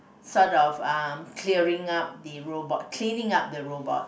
sort of uh clearing up the robot cleaning up the robot